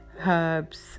herbs